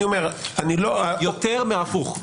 יותר מהפוך.